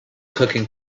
cooking